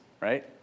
right